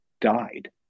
died